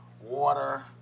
water